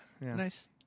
nice